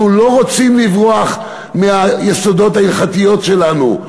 אנחנו לא רוצים לברוח מהיסודות ההלכתיים שלנו.